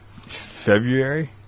February